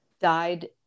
died